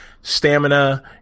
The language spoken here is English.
stamina